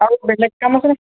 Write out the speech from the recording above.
আৰু বেলেগ কাম আছে নে